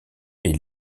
est